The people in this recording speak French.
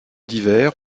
divers